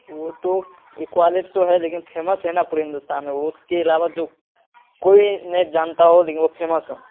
وہ تو اکوالٹ تو ہے لیکن فیمس ہے نا پورے ہندوستان میں وہ اس کے علاوہ جو کوئی نہیں جانتا ہو لیکن وہ فیمس ہو